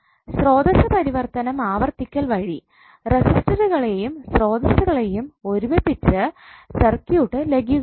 സ്രോതസ്സ് പരിവർത്തനം ആവർത്തിക്കൽ വഴി റെസിസ്റ്ററുകളെയെയും സ്രോതസ്സുകളെയും ഒരുമിപ്പിച്ചു സർക്യൂട്ട് ലഘൂകരിക്കാം